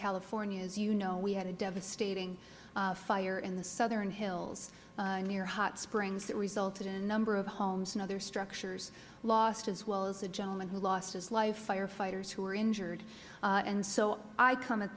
california as you know we had a devastating fire in the southern hills near hot springs that resulted in a number of homes and other structures lost as well as a gentleman who lost his life firefighters who were injured and so i come at